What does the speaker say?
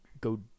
go